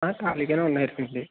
ఖాళీగానే ఉన్నారు వీళ్ళు